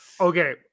Okay